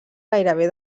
gairebé